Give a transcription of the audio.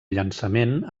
llançament